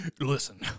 listen